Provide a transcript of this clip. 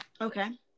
Okay